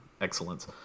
excellence